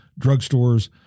drugstores